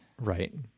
right